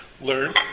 learn